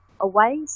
away